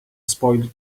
spoiled